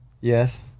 yes